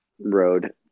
road